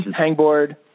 hangboard